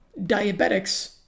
Diabetics